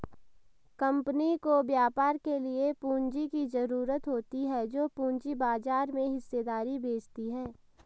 company को व्यापार के लिए पूंजी की ज़रूरत होती है जो पूंजी बाजार में हिस्सेदारी बेचती है